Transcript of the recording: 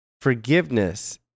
forgiveness